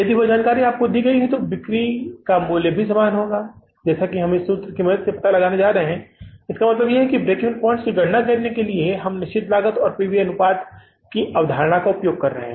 यदि वह जानकारी आपको दी गई है तो बिक्री का मूल्य भी समान होगा जैसा कि हम इस सूत्र की मदद से पता लगाने जा रहे हैं तो इसका मतलब है कि ब्रेक इवन पॉइंट्स की गणना के लिए हम निश्चित लागत और पी वी अनुपात की अवधारणा का उपयोग कर रहे हैं